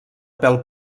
pèl